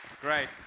Great